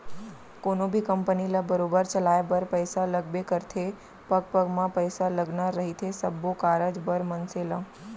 कोनो भी कंपनी ल बरोबर चलाय बर पइसा लगबे करथे पग पग म पइसा लगना रहिथे सब्बो कारज बर मनसे ल